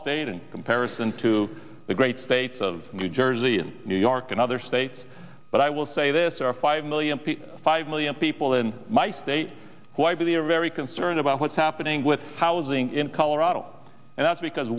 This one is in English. state in comparison to the great state of new jersey and new york and other states but i will say this are five million people five million people in my state who i believe are very concerned about what's happening with housing in colorado and that's because